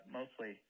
mostly